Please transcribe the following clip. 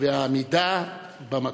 והעמידה במקום.